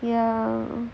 ya